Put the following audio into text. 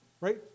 Right